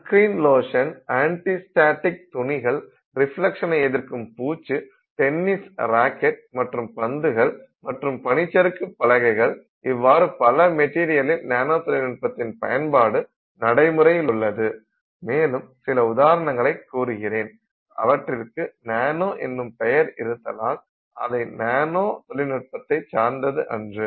Sun screen lotion anti static துணிகள் ரிஃப்லக்ஷ்ன்னை எதிர்க்கும் பூச்சு டென்னிஸ் ராக்கெட் மற்றும் பந்துகள் மற்றும் பனிச்சறுக்கு பலகைகள் இவ்வாறு பல மெட்டீரியலில் நானோ தொழில்நுட்பத்தின் பயன்பாடு நடைமுறையிலுள்ளது மேலும் சில உதாரணங்களை கூறுகிறேன் அவற்றிற்கு நானோ என்னும் பெயர் இருத்தலால் அதை நானோ தொழில்நுட்பத்தை சார்ந்தது அன்று